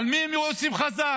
על מי הם יוצאים חזק?